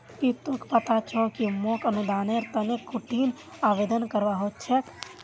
की तोक पता छोक कि मोक अनुदानेर तने कुंठिन आवेदन करवा हो छेक